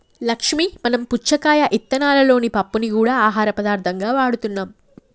లక్ష్మీ మనం పుచ్చకాయ ఇత్తనాలలోని పప్పుని గూడా ఆహార పదార్థంగా వాడుతున్నాం